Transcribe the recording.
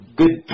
good